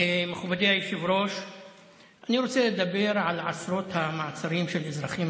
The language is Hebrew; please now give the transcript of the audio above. שלוש דקות לרשותך.